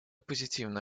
позитивно